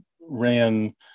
ran